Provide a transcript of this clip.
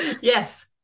yes